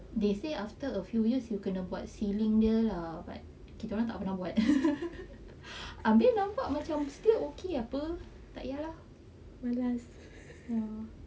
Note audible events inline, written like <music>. they say after a few years you kena buat sealing dia lah but kita orang tak pernah buat <laughs> abeh nampak macam still okay apa takyah lah malas ya